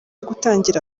gutangira